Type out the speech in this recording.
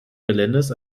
geländes